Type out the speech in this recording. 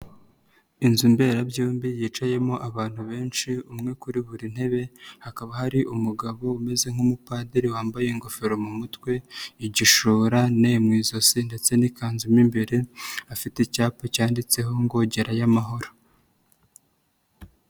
Inzu mberabyombi yicayemo abantu benshi umwe kuri buri ntebe hakaba hari umugabo umeze nk'umupadiri wambaye ingofero mu mutwe, igishura, ne mu ijosi ndetse n'ikanzu, mo imbere afite icyapa cyanditseho ngo gerayo amahoro.